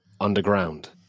underground